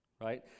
Right